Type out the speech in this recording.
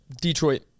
Detroit